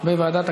אני אדבר כמה